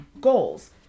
goals